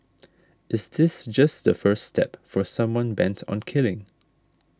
is this just the first step for someone bent on killing